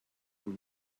und